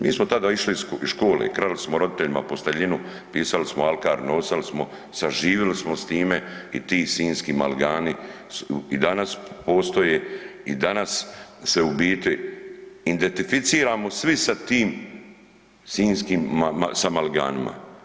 Mi smo tada išli iz škole, krali smo roditeljima posteljinu, pisali smo „Alkar“, nosali smo, saživjeli smo s time i ti Sinjski maligani i danas postoje i danas se u biti identificiramo svi sa tim Sinjskim sa maliganima.